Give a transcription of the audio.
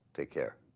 take care.